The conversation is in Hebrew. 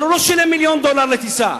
אבל הוא לא שילם מיליון דולר לטיסה.